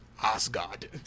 Asgard